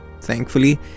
thankfully